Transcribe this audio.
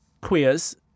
queers